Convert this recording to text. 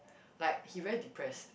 like he very depressed